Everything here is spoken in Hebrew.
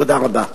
תודה רבה.